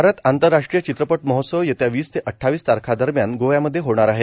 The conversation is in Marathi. भारत आंतरराष्ट्रीय चित्रपट महोत्सव येत्या वीस ते अद्वावीस तारखांदरम्यान गोव्यामध्ये होणार आहे